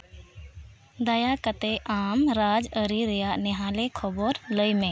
ᱫᱟᱭᱟ ᱠᱟᱛᱮᱫ ᱟᱢ ᱨᱟᱡᱽᱟᱹᱨᱤ ᱨᱮᱭᱟᱜ ᱱᱮ ᱦᱟᱹᱞᱤ ᱠᱷᱚᱵᱚᱨ ᱞᱟᱹᱭ ᱢᱮ